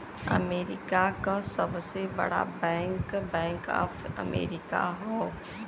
America क सबसे बड़ा बैंक बैंक ऑफ अमेरिका हौ